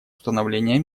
установления